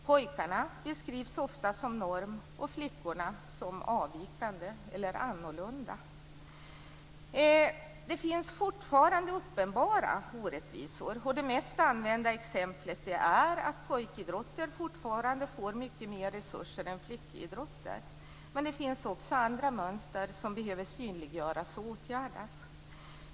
Pojkarna beskrivs ofta som norm och flickorna som avvikande eller annorlunda. Det finns fortfarande uppenbara orättvisor. Det mest använda exemplet är att pojkidrotter fortfarande får mycket mer resurser än flickidrotter. Men det finns också andra mönster som behöver synliggöras och åtgärdas.